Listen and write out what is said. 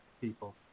people